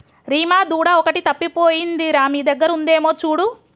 రీమా దూడ ఒకటి తప్పిపోయింది రా మీ దగ్గర ఉందేమో చూడు